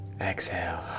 Exhale